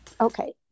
Okay